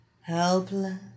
Helpless